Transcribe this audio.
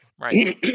right